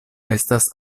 estas